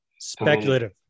speculative